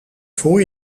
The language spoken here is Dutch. voor